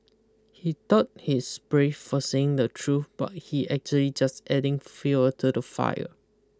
he thought he's brave for saying the truth but he actually just adding fuel to the fire